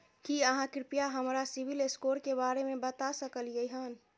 की आहाँ कृपया हमरा सिबिल स्कोर के बारे में बता सकलियै हन?